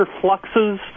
fluxes